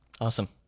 Awesome